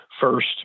first